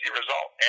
result